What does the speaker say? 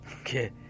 okay